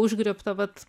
užgriebta vat